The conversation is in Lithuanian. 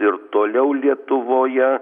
ir toliau lietuvoje